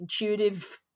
intuitive